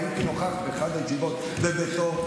והייתי נוכח באחת הישיבות בביתו,